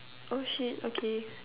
oh shit okay